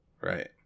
Right